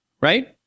Right